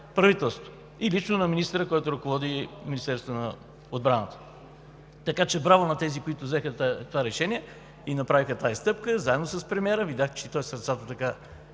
правителството и лично на министъра, който ръководи Министерството на отбраната. Браво на тези, които взеха това решение и направиха тази стъпка заедно с премиера! Видях, че той сърцато